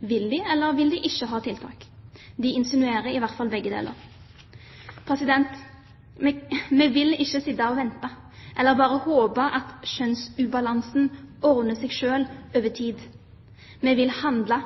Vil de, eller vil de ikke ha tiltak? De insinuerer i hvert fall begge deler. Vi vil ikke sitte og vente på, eller bare håpe, at kjønnsubalansen ordner seg over tid. Vi vil handle.